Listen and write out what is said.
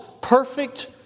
perfect